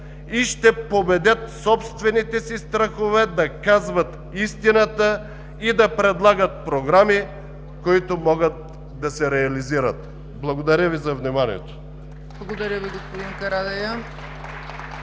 и ще победят собствените си страхове да казват истината и да предлагат програми, които могат да се реализират. Благодаря Ви за вниманието. (Ръкопляскания